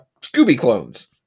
Scooby-clones